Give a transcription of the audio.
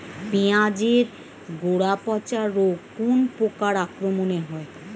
পিঁয়াজ এর গড়া পচা রোগ কোন পোকার আক্রমনে হয়?